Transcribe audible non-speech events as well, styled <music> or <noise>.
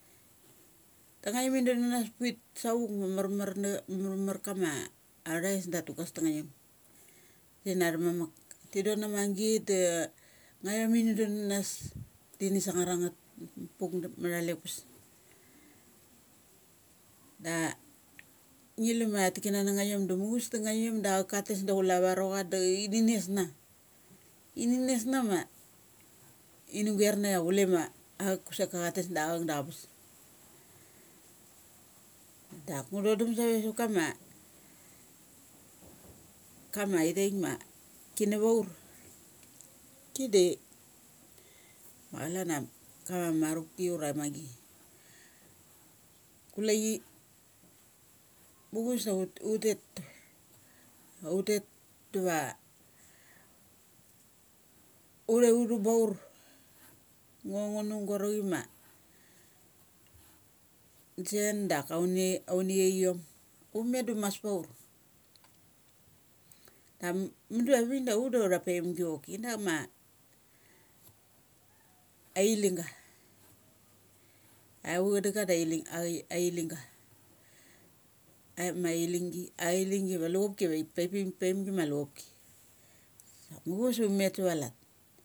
Da ngaiom in donnasnas pit savukma marmar na marmar kama thais ta tugas tang aiom. In thamamuk ti don ama git da ngiom da auk ka tes da chule a va rocha da ini nes na. Ini nes na nia ini guar na ia chule auk kesek ka cha tes da auk da a bes. Dak ngu thodum save sava kama. Kama ithaik ma ki na vaur. Ki de ma chalan kama marupki ura ama chichi ura ma chichi kule chi. Muchus do ut. Ut tet aut tet diva urtha uthu baur. Ngo ngu nuguarochi ma jen dak auni, auni chaikiom. Ummet da um mas paur. Am mudu avik da ut da utha paimgi choki inama <noise> ailing ga. Ava chadung ga da ai ling. iailingga. Ai ma chaling gi. Achilinggi ma luchopki avaip. Paipik paimgi ma luchopki. Sa muchus sa umet sava lat.